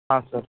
हां सर